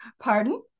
Pardon